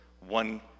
one